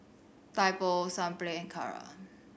Typo Sunplay and Kara